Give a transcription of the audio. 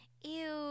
ew